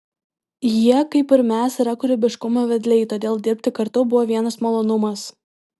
jie kaip ir mes yra kūrybiškumo vedliai todėl dirbti kartu buvo vienas malonumas